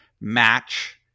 match